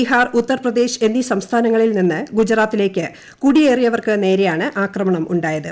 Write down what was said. ബീഹാർ ഉത്തർപ്രദേശ് എന്നീ സംസ്ഥാനങ്ങളിൽ നിന്ന് ഗുജറാത്തിലേക്ക് കുടിയേറിയവർക്ക് നേരെയാണ് ആക്രമണം ഉണ്ടായത്